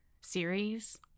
series